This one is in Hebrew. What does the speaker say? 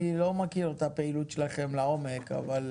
אני לא מכיר את הפעילות שלכם לעומק, אבל